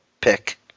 pick